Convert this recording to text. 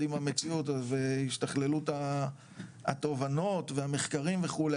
עם המציאות והשתכללות התובנות והמחקרים וכולי,